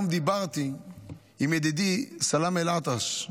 היום דיברתי עם ידידי סלאמה אל-אטרש,